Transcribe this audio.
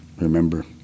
remember